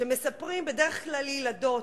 שמספרים בדרך כלל לילדות.